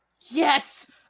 Yes